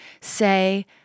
say